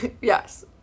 Yes